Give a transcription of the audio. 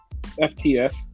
FTS